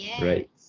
right